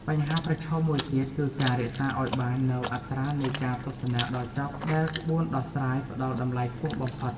បញ្ហាប្រឈមមួយទៀតគឺការរក្សាឱ្យបាននូវ អត្រានៃការទស្សនាដល់ចប់ ដែលក្បួនដោះស្រាយផ្ដល់តម្លៃខ្ពស់បំផុត។